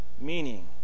meaning